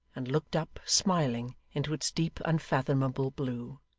and looked up, smiling, into its deep unfathomable blue.